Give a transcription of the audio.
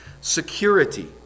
Security